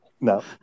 No